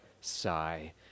Sigh